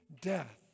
death